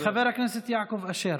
חבר הכנסת יעקב אשר,